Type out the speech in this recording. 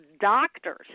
doctors